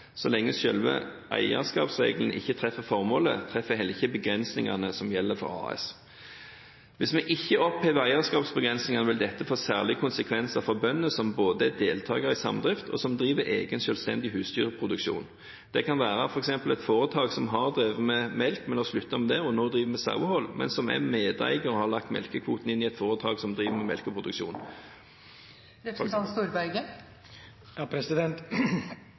Så lenge selve eierskapsreglene ikke treffer formålet, treffer heller ikke begrensningene som gjelder for AS. Hvis vi ikke opphever eierskapsbegrensningene, vil dette få særlige konsekvenser for bønder som både er deltaker i samdrift og som driver egen selvstendig husdyrproduksjon. Det kan f.eks. være et foretak som har drevet med melk, men har sluttet med det og nå driver med sauehold, men som er medeier og har lagt melkekvoten inn i et foretak som driver med